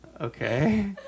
Okay